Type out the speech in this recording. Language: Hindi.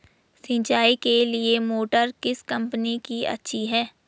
सिंचाई के लिए मोटर किस कंपनी की अच्छी है?